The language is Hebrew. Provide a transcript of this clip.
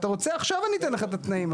אתה רוצה עכשיו אני אתן לך את התנאים,